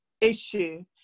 issue